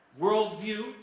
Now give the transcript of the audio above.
worldview